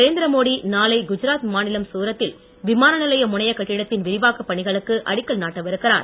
நரேந்திர மோடி நாளை குஜராத் மாநிலம் சூரத் தில் விமானநிலைய முனையக் கட்டிடத்தின் விரிவாக்கப் பணிகளுக்கு அடிக்கல் நாட்டவிருக்கிறார்